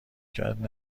کرد